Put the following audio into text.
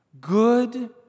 good